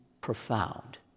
profound